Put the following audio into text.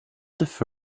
chose